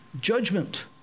judgment